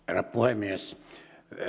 herra puhemies